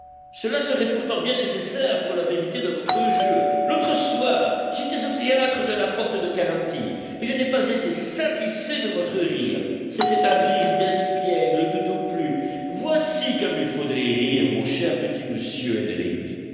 cela serait pourtant bien nécessaire pour la vérité de votre jeu l'autre soir j'étais au théâtre de la porte de carinthie et je n'ai pas été satisfait de votre rire c'était un rire d'espiègle tout au plus voici comme il faudrait rire mon cher petit monsieur henrich